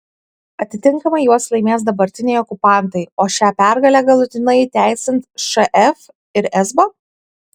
atitinkamai juos laimės dabartiniai okupantai o šią pergalę galutinai įteisins šf ir esbo